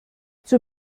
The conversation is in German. zur